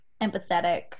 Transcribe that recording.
empathetic